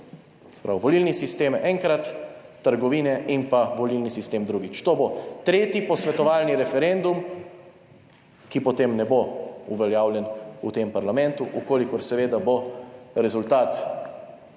pravi, volilni sistem enkrat, trgovine in pa volilni sistem drugič. To bo tretji posvetovalni referendum, ki potem ne bo uveljavljen v tem parlamentu, v kolikor seveda bo rezultat